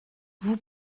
vous